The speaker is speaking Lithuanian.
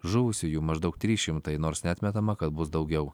žuvusiųjų maždaug trys šimtai nors neatmetama kad bus daugiau